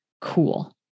cool